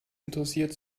interessiert